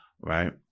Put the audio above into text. right